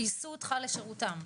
גייסו אותך לשירותם.